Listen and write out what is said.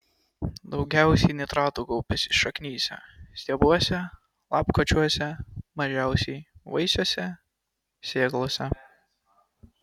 daugiausiai nitratų kaupiasi šaknyse stiebuose lapkočiuose mažiausiai vaisiuose sėklose